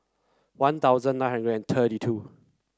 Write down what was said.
One Thousand nine hundred and thirty two